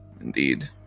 Indeed